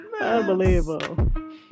Unbelievable